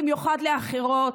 במיוחד לאחרות,